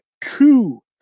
two